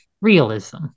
realism